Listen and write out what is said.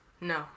No